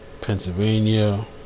Pennsylvania